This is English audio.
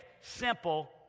simple